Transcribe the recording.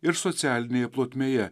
ir socialinėje plotmėje